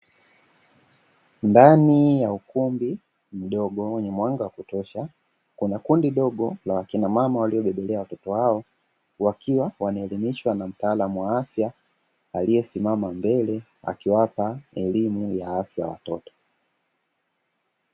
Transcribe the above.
Ndani ya ukumbi mdogo wenye mwanga wa kutosha, kuna kundi dogo la wakina mama waliobebelea watoto wao, wakiwa wanaelimishwa na mtaalamu wa afya aliyesimama mbele akiwapa elimu ya afya watoto.